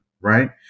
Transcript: right